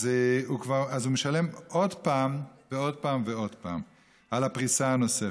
אז הוא משלם עוד פעם ועוד פעם ועוד פעם על הפריסה הנוספת.